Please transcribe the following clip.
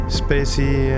spacey